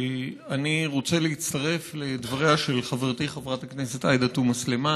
אני רוצה להצטרף לדבריה של חברתי חברת הכנסת עאידה תומא סלימאן.